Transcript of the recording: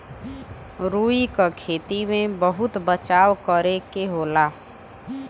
रुई क खेती में बहुत बचाव करे के होला